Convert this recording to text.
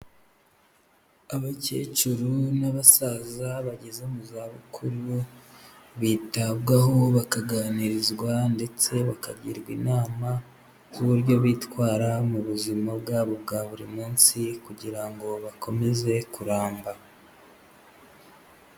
Abakecuru n'abasaza bageze mu zabukuru, bitabwaho, bakaganirizwa, ndetse bakagirwa inama, z'uburyo bitwara mu buzima bwabo bwa buri munsi, kugira ngo bakomeze kuramba.